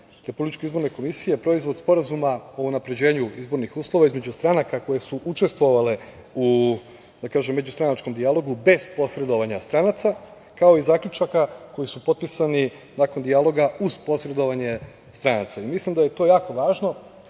predloženi sastav RIK-a, proizvod sporazuma o unapređenu izbornih uslova između stranaka koje su učestvovale u međustranačkom dijalogu bez posredovanja stranaca, kao i zaključaka koji su potpisani nakon dijaloga uz posredovanje stranaca. Mislim da je to jako važno